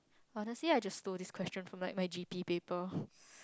honestly I just stole this questions from like my G_P paper